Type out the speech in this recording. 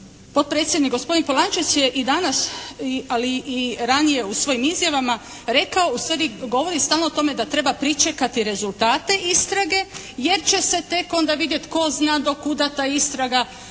potpredsjednik gospodin Polančec je i danas, ali i ranije u svojim izjavama rekao, ustvari govori stalno o tome da treba pričekati rezultate istrage jer će se tek onda vidjeti tko zna do kuda ta istraga